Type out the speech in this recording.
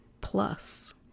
plus